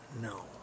no